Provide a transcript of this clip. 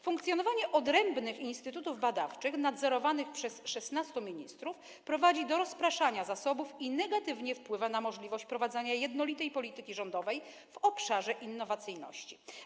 Funkcjonowanie odrębnych instytutów badawczych nadzorowanych przez 16 ministrów prowadzi do rozpraszania zasobów i negatywnie wpływa na możliwość prowadzenia jednolitej polityki rządowej w obszarze innowacyjności.